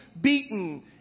beaten